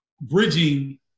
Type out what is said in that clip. bridging